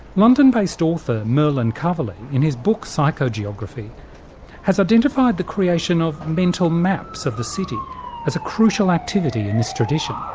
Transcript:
london based author merlin coverley in his book psychogeography has identified the creation of mental maps of the city as a crucial activity in this tradition.